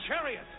chariot